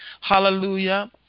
Hallelujah